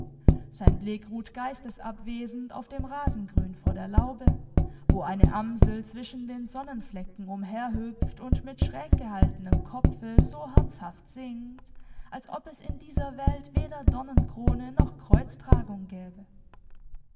sein blick ruht geistesabwesend auf dem rasengrün vor der laube wo eine amsel zwischen den sonnenflecken umherhüpft und mit schräg gehaltenem kopfe so herzhaft singt als ob es in dieser welt weder dornenkrone noch kreuztragung gäbe